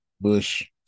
Bush